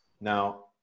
Now